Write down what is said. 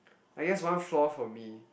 I guess one flaw for me